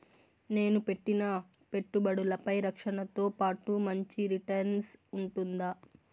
నేను పెట్టిన పెట్టుబడులపై రక్షణతో పాటు మంచి రిటర్న్స్ ఉంటుందా?